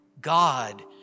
God